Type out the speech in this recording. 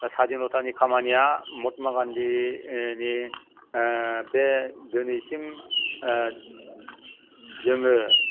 दा सादिनथानि खामानिया मत्मा गान्धिनि बे दिनैसिम जोङो